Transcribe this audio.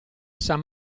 san